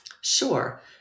Sure